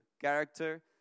character